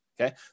Okay